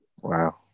wow